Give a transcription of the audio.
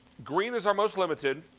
green is our most limited.